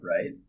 right